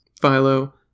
Philo